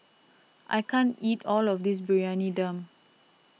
I can't eat all of this Briyani Dum